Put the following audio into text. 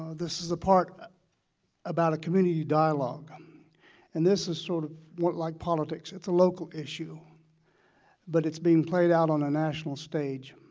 this is the part about a community dialog and this is sort of like politics. it's a local issue but it's being played out on a national stage.